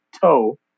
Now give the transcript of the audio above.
toe